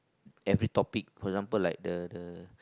every topic for example like the the